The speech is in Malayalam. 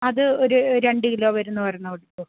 അത് ഒരു രണ്ട് കിലോ വരുന്ന ഒരെണ്ണം എടുത്തോ